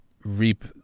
reap